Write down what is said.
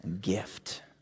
gift